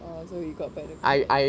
oh so you got better contact